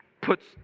puts